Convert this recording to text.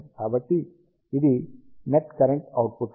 కాబట్టి ఇది net current output